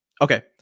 Okay